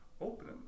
Open